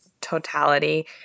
totality